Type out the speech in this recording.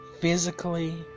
physically